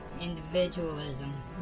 individualism